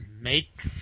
make